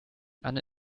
anne